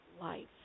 life